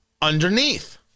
underneath